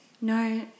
No